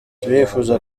turifuza